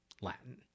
Latin